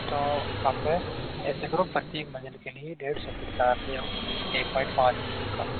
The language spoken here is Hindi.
तो आप ऐसे करो प्रत्येक मंजिल के लिए डेढ़ सौ फिट तार ले आओ eight point five M M का